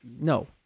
No